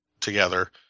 together